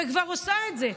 וכבר עושה את זה.